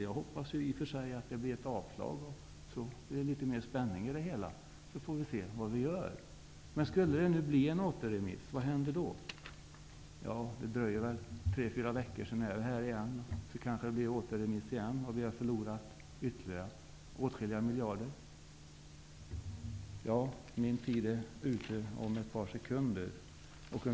Jag hoppas i och för sig att det blir ett avslag så att det blir litet mer spänning i det hela. Men vad händer om det skulle bli en återremiss? Det dröjer väl tre fyra veckor och sedan är det här igen. Sedan blir det kanske återremiss igen och vi har förlorat ytterligare åtskilliga miljarder. Min talartid är ute om ett par sekunder.